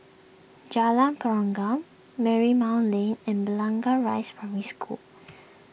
Jalan Pergam Marymount Lane and Blangah Rise Primary School